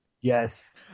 Yes